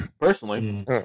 personally